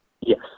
Yes